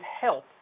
health